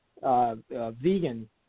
vegan